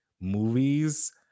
movies